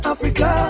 Africa